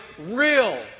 real